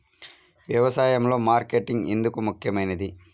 వ్యసాయంలో మార్కెటింగ్ ఎందుకు ముఖ్యమైనది?